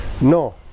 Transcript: No